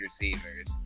receivers